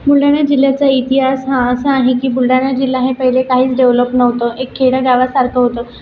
बुलढाणा जिल्ह्याचा इतिहास हा असा आहे की बुलढाणा जिल्हा हा पहिले काहीच डेव्हलप नव्हतं एक खेडेगावासारखं होतं